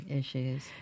issues